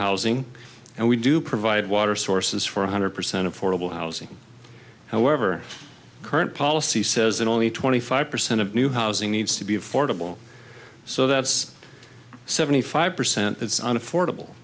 housing and we do provide water sources for one hundred percent affordable housing however current policy says that only twenty five percent of new housing needs to be affordable so that's seventy five percent it's an affordable